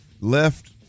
left